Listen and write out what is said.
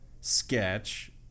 sketch